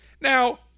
Now